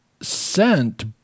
sent